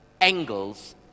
angles